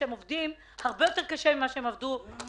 בעוד הם עובדים הרבה יותר קשה מאשר כשהם עובדים פרונטלית.